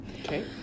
Okay